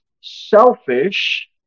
Selfish